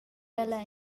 ella